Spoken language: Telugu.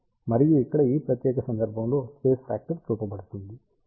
మరియు ఇక్కడ ఈ ప్రత్యేక సందర్భంలో స్పేస్ ఫ్యాక్టర్ చూపబడుతుంది